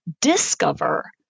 discover